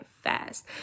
fast